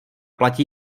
platí